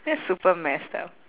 that's super messed up